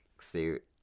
suit